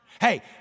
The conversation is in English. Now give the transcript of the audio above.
Hey